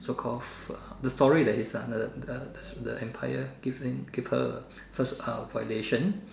so called the story that is under the the empire give him give her first uh violation